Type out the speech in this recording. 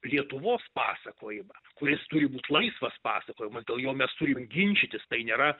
lietuvos pasakojimą kuris turi būt laisvas pasakojimas dėl jo mes turim ginčytis tai nėra